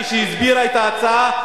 כשהסבירה את ההצעה,